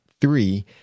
three